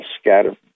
scatter